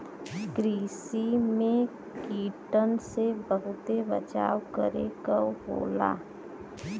कृषि में कीटन से बहुते बचाव करे क होला